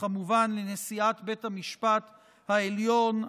וכמובן לנשיאת בית המשפט העליון,